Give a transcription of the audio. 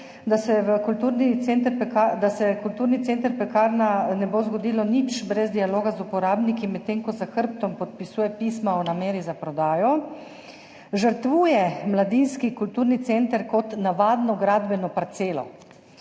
da se s kulturnim centrom Pekarna ne bo zgodilo nič brez dialoga z uporabniki, medtem ko za hrbtom podpisuje pisma o nameri za prodajo, žrtvuje mladinski kulturni center kot navadno gradbeno parcelo.